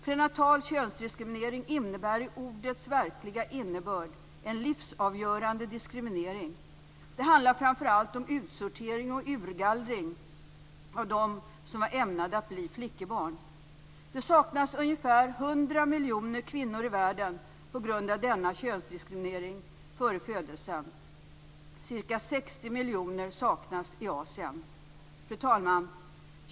Prenatal könsdiskriminering innebär i ordets verkliga innebörd en livsavgörande diskriminering. Det handlar framför allt om utsortering och urgallring av dem som var ämnade att bli flickebarn. Det saknas ungefär 100 miljoner kvinnor i världen på grund av denna könsdiskriminering före födelsen. Ca 60 miljoner saknas i Asien. Fru talman!